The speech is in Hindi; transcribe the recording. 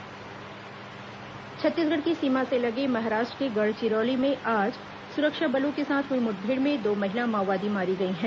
माओवादी मुठभेड़ छत्तीसगढ़ की सीमा से लगे महाराष्ट्र के गढ़चिरौली में आज सुरक्षा बलों के साथ हुई मुठभेड़ में दो महिला माओवादी मारी गई हैं